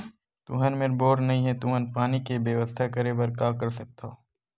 तुहर मेर बोर नइ हे तुमन पानी के बेवस्था करेबर का कर सकथव?